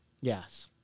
yes